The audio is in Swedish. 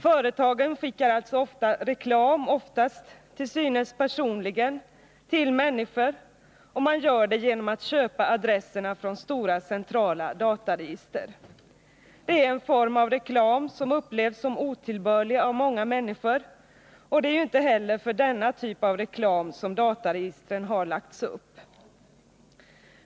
Företag skickar alltså reklam — oftast till synes personligen — till människor, och de gör det genom att köpa adresserna från stora centrala dataregister. Det är en form av reklam som upplevs som otillbörlig av många, och det är ju inte heller för denna typ av reklam som dataregistren har lagts upp.